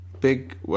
Big